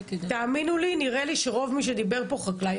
אני חושב שההצעה שדובי אמיתי הציע,